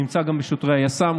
נמצא גם אצל שוטרי היס"מ.